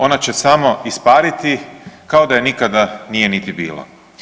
Ona će samo ispariti kao da je nikada nije niti bilo.